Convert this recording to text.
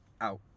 Out